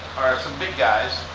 are some big guys.